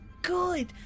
Good